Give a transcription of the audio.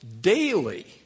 daily